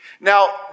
Now